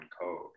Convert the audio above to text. code